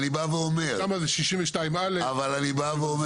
בא ואומר